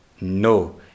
no